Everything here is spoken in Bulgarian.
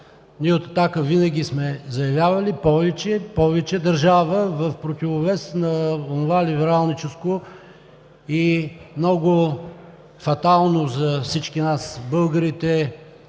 Ние от „Атака“ винаги сме заявявали: „повече, повече държава“ в противовес на онова либералническо и много фатално за всички нас, българите,